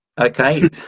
Okay